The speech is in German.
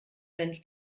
senf